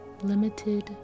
limited